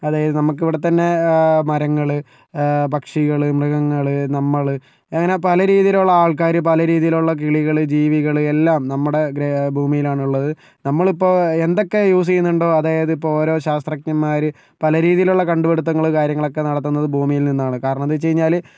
അതായത് നമുക്കിവിടെ തന്നെ മരങ്ങൾ പക്ഷികൾ മൃഗങ്ങൾ നമ്മൾ അങ്ങനെ പല രീതിയിലുള്ള ആൾക്കാർ പല രീതിയിലുള്ള കിളികൾ ജീവികൾ എല്ലാം നമ്മുടെ ഗ്ര ഭൂമിയിലാണ് ഉള്ളത് നമ്മളിപ്പോൾ എന്തൊക്കെ യൂസ് ചെയ്യുന്നുണ്ടോ അതായത് ഇപ്പോൾ ഓരോ ശാസ്ത്രജ്ഞന്മാർ പല രീതിയിലുള്ള കണ്ടുപിടിത്തങ്ങൾ കാര്യങ്ങളൊക്കെ നടത്തുന്നത് ഭൂമിയിൽ നിന്നാണ് കാരണം എന്താ വെച്ച് കഴിഞ്ഞാൽ